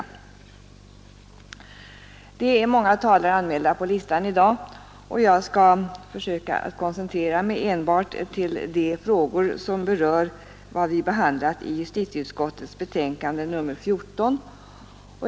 Det är många talare anmälda på listan i dag, och jag skall försöka koncentrera mig enbart på frågor som rör vad vi har behandlat i justitieutskottets betänkande nr 14.